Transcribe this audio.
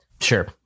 Sure